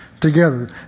together